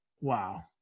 Wow